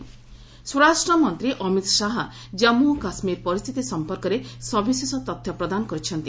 home କେକେ ସ୍ୱରାଷ୍ଟ୍ରମନ୍ତ୍ରୀ ଅମିତ୍ ଶାହା କାନ୍ଥୁ ଓ କାଶ୍ମୀର ପରିସ୍ଥିତି ସଂପର୍କରେ ସବିଶେଷ ତଥ୍ୟ ପ୍ରଦାନ କରିଛନ୍ତି